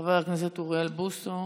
חבר הכנסת אוריאל בוסו,